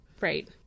Right